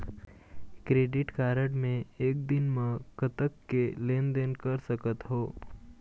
Credit card मे एक दिन म कतक के लेन देन कर सकत हो?